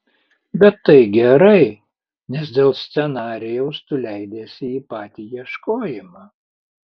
bet tai gerai nes dėl scenarijaus tu leidiesi į patį ieškojimą